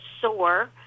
soar